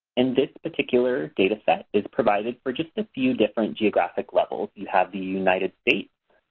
and this particular data set is provided for just a few different geographic levels. you have the united states,